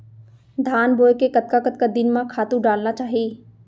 धान बोए के कतका कतका दिन म खातू डालना चाही?